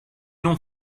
non